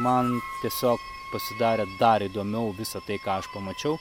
man tiesiog pasidarė dar įdomiau visa tai ką aš pamačiau